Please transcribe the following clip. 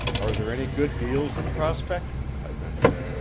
are there any good deals in prospect? i ventured.